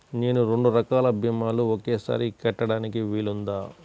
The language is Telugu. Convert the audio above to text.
నేను రెండు రకాల భీమాలు ఒకేసారి కట్టడానికి వీలుందా?